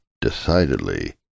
decidedly